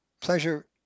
Pleasure